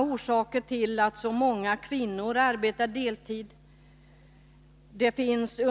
Orsakerna till att så många kvinnor arbetar deltid är naturligtvis flera.